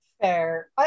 Fair